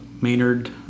maynard